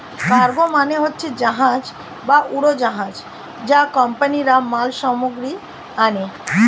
cargo মানে হচ্ছে জাহাজ বা উড়োজাহাজ যা কোম্পানিরা মাল সামগ্রী আনে